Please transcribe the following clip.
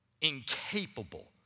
incapable